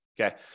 Okay